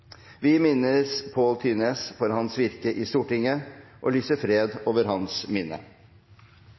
Vi minnes Paul Thyness for hans virke i Stortinget, og lyser fred over hans minne.